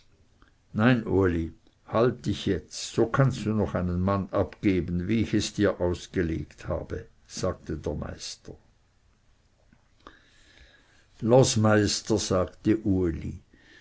nein uli halt dich jetzt so kannst du noch einen mann abgeben wie ich es dir ausgelegt habe sagte der meister los meister sagte uli